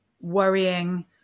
worrying